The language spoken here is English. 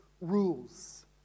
rules